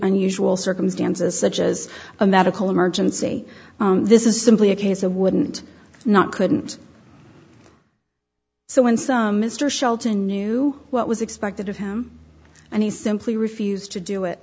unusual circumstances such as a medical emergency this is simply a case of wouldn't not couldn't so in some mr shelton knew what was expected of him and he simply refused to do it